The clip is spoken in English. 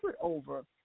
over